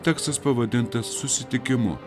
tekstas pavadintas susitikimu